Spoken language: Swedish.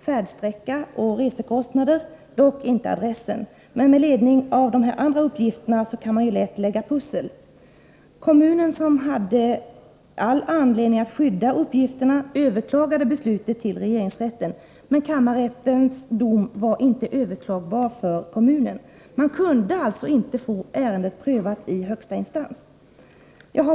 färdsträcka och resekostnader, dock icke adressen. Men med ledning av dessa andra uppgifter kan man ju lätt lägga pussel. Kommunen, som hade all anledning att skydda barnet, överklagade beslutet i regeringsrätten. Kammarrättens dom fick emellertid inte överklagas av kommunen — man kunde alltså inte få ärendet prövat i högsta instans.